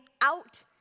out